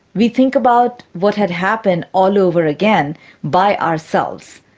we think about what had happened all over again by ourselves.